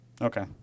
Okay